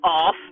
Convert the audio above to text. off